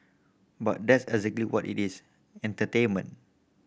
but that's exactly what it is entertainment